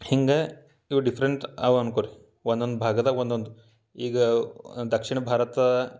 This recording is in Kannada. ಹಿಂಗೆ ಇವು ಡಿಫ್ರೆಂಟ್ ಅವ ಅಂದ್ಕೊ ರೀ ಒಂದೊಂದು ಭಾಗದಾಗ ಒಂದೊಂದು ಈಗ ದಕ್ಷಿಣ ಭಾರತ